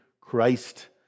Christ